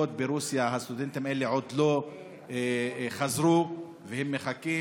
ברוסיה הסטודנטים האלה עוד לא חזרו והם מחכים.